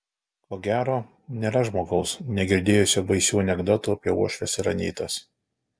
ko gero nėra žmogaus negirdėjusio baisių anekdotų apie uošves ir anytas